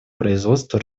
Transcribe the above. производства